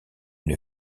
une